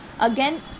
again